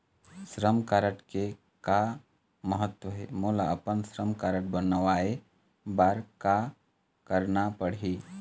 श्रम कारड के का महत्व हे, मोला अपन श्रम कारड बनवाए बार का करना पढ़ही?